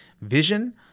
vision